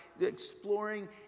exploring